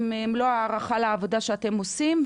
עם מלוא הערכה על העבודה שאתם עושים,